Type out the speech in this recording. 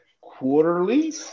quarterly